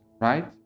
right